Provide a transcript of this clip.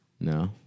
No